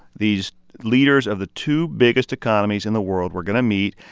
these leaders of the two biggest economies in the world were going to meet.